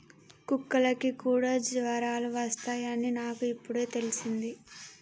కుక్కలకి కూడా జ్వరాలు వస్తాయ్ అని నాకు ఇప్పుడే తెల్సింది